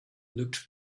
looked